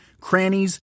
crannies